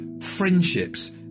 friendships